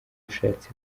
ushatse